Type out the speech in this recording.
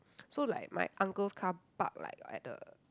so like my uncle's car park like at the